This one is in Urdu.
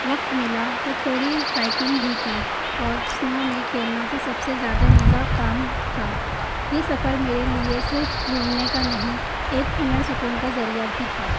وقت ملا تو تھوڑی ہائیکنگ بھی کی اور اسنو میں کھیلنا تو سب سے زیادہ مزہ کام تھا یہ سفر میرے لیے صرف گھومنے کا نہیں ایک انر سکون کا ذریعہ بھی تھا